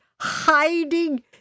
hiding